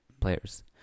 players